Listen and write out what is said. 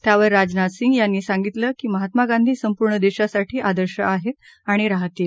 त्यावर राजनाथ सिंग यांनी सांगितलं की महात्मा गांधी संपूर्ण देशासाठी आदर्श आहेत आणि राहतील